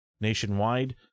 nationwide